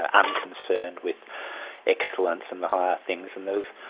ah unconcerned with excellence and the higher things, and there's